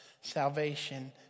salvation